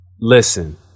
Listen